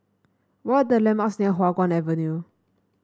what are the landmarks near Hua Guan Avenue